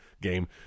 game